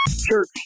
Church